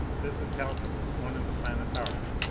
this is haljan, one of the planetara.